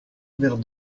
vers